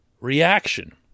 reaction